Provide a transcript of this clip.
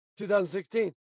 2016